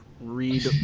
read